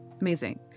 amazing